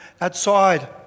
outside